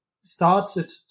started